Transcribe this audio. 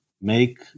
make